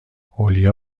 اولیاء